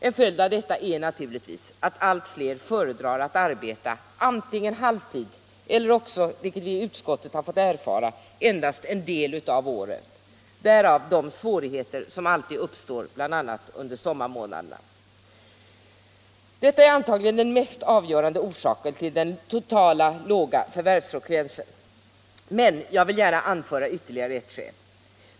En följd av detta är naturligtvis att allt fler föredrar att arbeta antingen halvtid eller också, vilket vi i utskottet har fått erfara, endast en del av året. Därav de svårigheter som alltid uppstår bl.a. under sommarmånaderna. Detta är antagligen den mest avgörande orsaken till den totala låga förvärvsfrekvensen. Men jag vill gärna anföra ytterligare ett skäl.